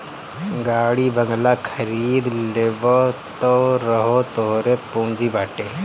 गाड़ी बंगला खरीद लेबअ तअ उहो तोहरे पूंजी बाटे